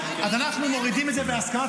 איזה יופי.